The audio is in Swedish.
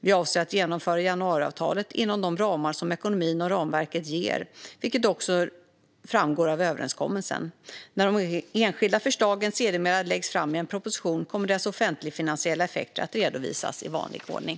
Vi avser att genomföra januariavtalet inom de ramar som ekonomin och ramverket ger, vilket också framgår av överenskommelsen. När de enskilda förslagen sedermera läggs fram i en proposition kommer deras offentligfinansiella effekter att redovisas i vanlig ordning.